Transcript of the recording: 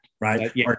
right